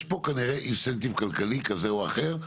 יש פה כנראה אינסנטיב כלכלי כזה או אחר,